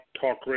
Talk